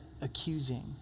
accusing